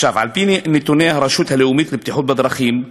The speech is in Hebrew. על-פי נתוני הרשות הלאומית לבטיחות בדרכים,